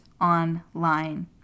online